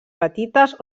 petites